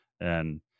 and-